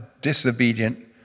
disobedient